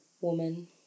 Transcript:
woman